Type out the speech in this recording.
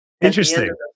Interesting